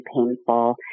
painful